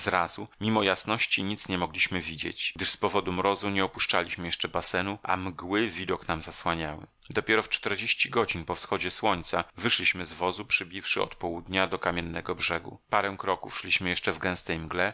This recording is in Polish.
zrazu mimo jasności nic nie mogliśmy widzieć gdyż z powodu mrozu nie opuszczaliśmy jeszcze basenu a mgły widok nam zasłaniały dopiero w czterdzieści godzin po wschodzie słońca wyszliśmy z wozu przybiwszy od południa do kamiennego brzegu parę kroków szliśmy jeszcze w gęstej